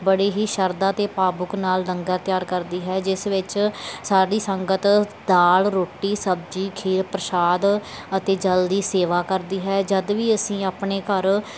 ਬੜੇ ਹੀ ਸ਼ਰਧਾ ਅਤੇ ਭਾਵੁਕ ਨਾਲ ਲੰਗਰ ਤਿਆਰ ਕਰਦੀ ਹੈ ਜਿਸ ਵਿੱਚ ਸਾਰੀ ਸੰਗਤ ਦਾਲ ਰੋਟੀ ਸਬਜ਼ੀ ਖੀਰ ਪ੍ਰਸ਼ਾਦ ਅਤੇ ਜਲ ਦੀ ਸੇਵਾ ਕਰਦੀ ਹੈ ਜਦ ਵੀ ਅਸੀਂ ਆਪਣੇ ਘਰ